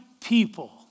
people